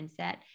mindset